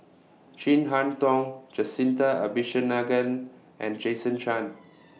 Chin Harn Tong Jacintha Abisheganaden and Jason Chan